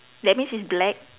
that means it's black